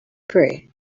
prayer